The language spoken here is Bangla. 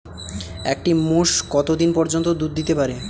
একটি মোষ কত দিন পর্যন্ত দুধ দিতে পারে?